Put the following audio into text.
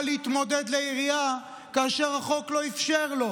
להתמודד לעירייה כאשר החוק לא אפשר לו,